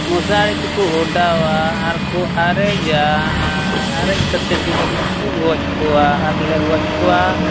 ᱢᱚᱥᱟᱨᱤ ᱫᱚᱠᱚ ᱚᱰᱟᱣᱟ ᱟᱨ ᱠᱚ ᱟᱨᱮᱡᱟ ᱟᱨᱮᱡ ᱠᱟᱛᱮᱫ ᱜᱮᱞ ᱠᱚ ᱜᱚᱡ ᱠᱚᱣᱟ ᱟᱨ ᱞᱮ ᱜᱚᱡ ᱠᱚᱣᱟ